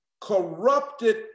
corrupted